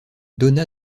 donna